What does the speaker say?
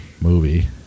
movie